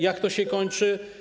Jak to się kończy?